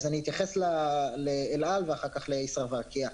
אז אתייחס לאל-על ואחר-כך לישראייר וארקיע: